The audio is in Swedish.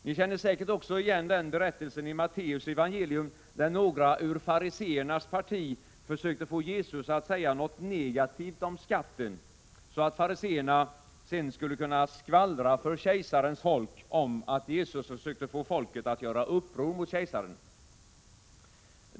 Ni känner säkert också igen berättelsen i Matteus evangelium där några ur fariséernas parti försökte få Jesus att säga något negativt om skatten, så att fariséerna sedan skulle kunna skvallra för kejsarens folk om att Jesus försökte få folket att göra uppror mot kejsaren.